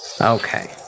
Okay